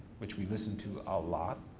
which we listened to a lot,